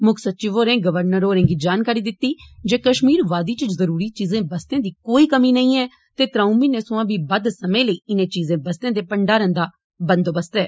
मुक्ख सचिव होरें गवर्नर होरें गी जानकारी दितती जे कष्मीर वादी च जरूरी चीजें बस्तें दी कोई कमी नेइं ऐ ते त्रऊं म्हीनें मिमां बी बद्द समें लेई इनें चीजें बस्तें दे भंडारण दा बंदोबस्त ऐ